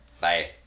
Bye